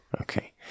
Okay